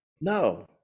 No